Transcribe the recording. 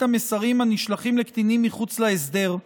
המסרים הנשלחים לקטינים מחוץ להסדר,